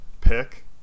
pick